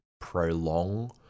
prolong